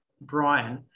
Brian